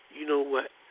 you-know-what